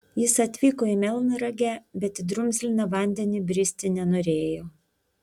jis atvyko į melnragę bet į drumzliną vandenį bristi nenorėjo